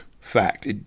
fact